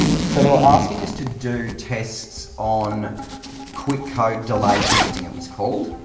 so they were asking us to do tests on quick code delay testing, it was called.